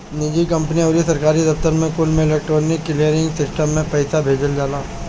निजी कंपनी अउरी सरकारी दफ्तर कुल में इलेक्ट्रोनिक क्लीयरिंग सिस्टम से पईसा भेजल जाला